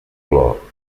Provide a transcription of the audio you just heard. clor